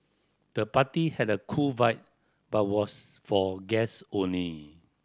the party had a cool vibe but was for guest only